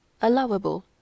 allowable